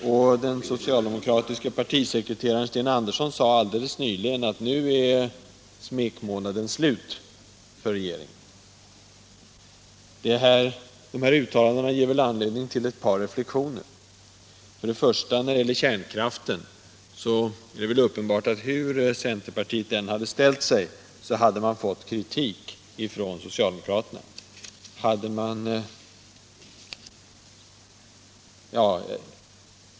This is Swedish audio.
Och den socialdemokratiske partisekreteraren Sten Andersson sade helt nyligen att nu är smekmånaden slut för regeringen. De här uttalandena ger anledning till ett par reflexioner. När det gäller kärnkraften är det uppenbart att hur centerpartiet än hade ställt sig, hade man fått kritik från socialdemokraterna.